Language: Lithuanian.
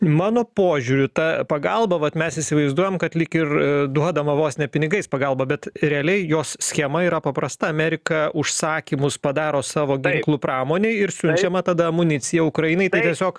mano požiūriu ta pagalba vat mes įsivaizduojam kad lyg ir duodama vos ne pinigais pagalba bet realiai jos schema yra paprasta amerika užsakymus padaro savo ginklų pramonei ir siunčiama tada amunicija ukrainai tai tiesiog